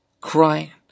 Crying